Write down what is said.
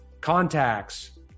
contacts